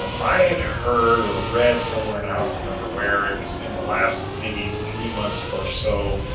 um i had heard or read somewhere and i don't remember where it was in the last maybe three months or so,